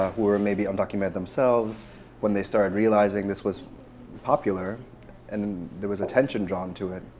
who are maybe undocumented themselves when they start realizing this was popular and there was attention drawn to it,